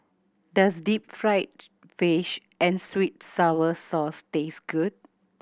does deep fried fish and sweet and sour sauce taste good